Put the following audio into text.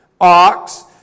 ox